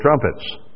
trumpets